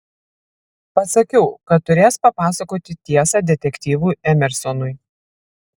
pasakiau kad turės papasakoti tiesą detektyvui emersonui